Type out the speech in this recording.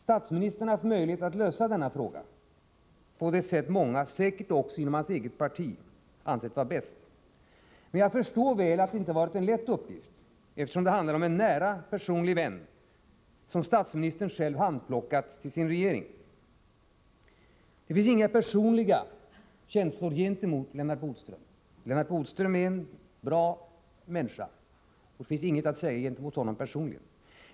Statsministern har haft möjlighet att lösa denna fråga på det sätt många — säkert också inom hans eget parti — ansett vara bäst. Men jag förstår väl att det inte har varit en lätt uppgift, eftersom det handlar om en nära personlig vän, som statsministern själv har handplockat till sin regering. Det finns inga personliga känslor gentemot Lennart Bodström — han är en bra människa, och det finns inget att säga gentemot honom personligen.